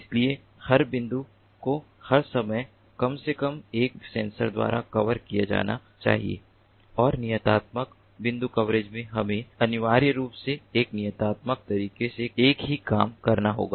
इसलिए हर बिंदु को हर समय कम से कम एक सेंसर द्वारा कवर किया जाना चाहिए और नियतात्मक बिंदु कवरेज में हमें अनिवार्य रूप से एक नियतात्मक तरीके से एक ही काम करना होगा